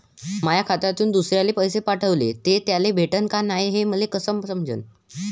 माया खात्यातून दुसऱ्याले पैसे पाठवले, ते त्याले भेटले का नाय हे मले कस समजन?